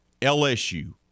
LSU